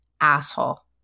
asshole